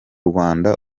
rwanda